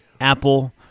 apple